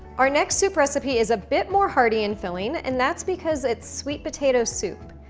our next soup recipe is a bit more hardy and filling and that's because it's sweet potato soup.